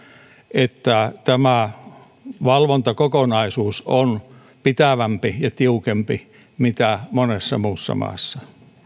että tämä valvontakokonaisuus on pitävämpi ja tiukempi kuin monessa muussa maassa